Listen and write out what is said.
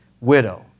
widow